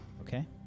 Okay